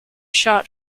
shot